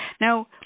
Now